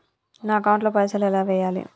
నా అకౌంట్ ల పైసల్ ఎలా వేయాలి?